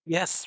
Yes